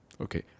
Okay